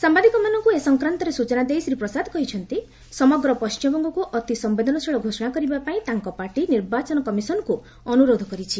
ସାମ୍ବାଦିକମାନଙ୍କୁ ଏ ସଂକ୍ରାନ୍ତରେ ସ୍ଚଚନା ଦେଇ ଶ୍ରୀ ପ୍ରସାଦ କହିଛନ୍ତି ସମଗ୍ର ପଣ୍ଟିମବଙ୍ଗକୁ ଅତି ସମ୍ଭେଦନଶୀଳ ଘୋଷଣା କରିବା ପାଇଁ ତାଙ୍କ ପାର୍ଟି ନିର୍ବାଚନ କମିଶନଙ୍କୁ ଅନୁରୋଧ କରିଛି